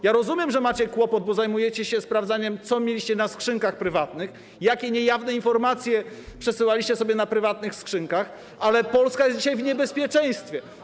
Ja rozumiem, że macie kłopot, bo zajmujecie się sprawdzaniem, co mieliście na skrzynkach prywatnych, jakie niejawne informacje przesyłaliście sobie na prywatne skrzynki, ale Polska jest dzisiaj w niebezpieczeństwie.